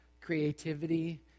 creativity